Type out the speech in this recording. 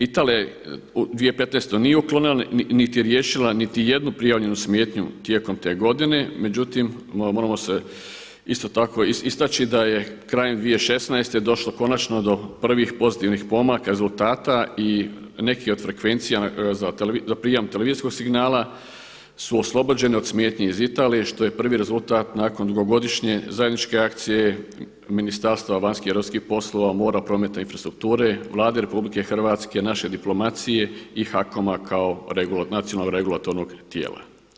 Italija u 2015. nije uklonila niti riješila niti jednu prijavljenu smetnju tijekom te godine, međutim moram isto tako istaći da je krajem 2016. došlo konačno do prvih pozitivnih pomaka rezultata i neki od frekvencija za prijam televizijskog signala su oslobođeni od smetnji iz Italije što je prvi rezultat nakon dugogodišnje zajedničke akcije Ministarstva vanjskih i europskih poslova, mora, prometa i infrastrukture, Vlade RH, naše diplomacije i HAKOM-a kao nacionalnog regulatornog tijela.